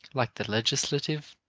like the legislative,